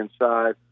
inside